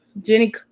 Jenny